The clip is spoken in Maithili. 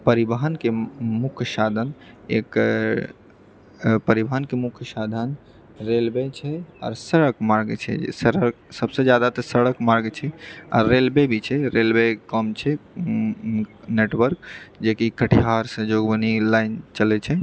परिवहनके मुख्य साधन एक परिवहनके मुख्य साधन रेलवे छै आर सड़क मार्ग छै जतऽ तक सबसँ जादा तऽ सड़क मार्ग छै आ रेलवे भी छै रेलवे कम छै नेटवर्क जे कि कटिहारसँ जोगबनी लाइन चलै छै